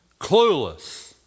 clueless